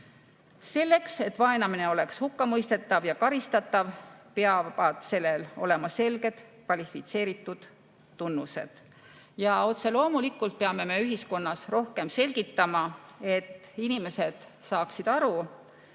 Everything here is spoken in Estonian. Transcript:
Selleks, et vaenamine oleks hukkamõistetav ja karistatav, peavad sellel olema selged kvalifitseeritud tunnused. Ja otse loomulikult peame me ühiskonnas rohkem selgitama, et inimesed saaksid aru,